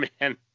Man